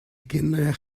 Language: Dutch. kinderen